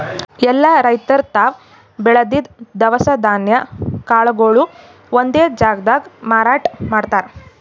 ಎಲ್ಲಾ ರೈತರ್ ತಾವ್ ಬೆಳದಿದ್ದ್ ದವಸ ಧಾನ್ಯ ಕಾಳ್ಗೊಳು ಒಂದೇ ಜಾಗ್ದಾಗ್ ಮಾರಾಟ್ ಮಾಡ್ತಾರ್